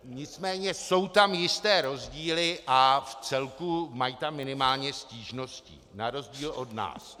Nicméně jsou tam jisté rozdíly a vcelku tam mají minimálně stížností, na rozdíl od nás.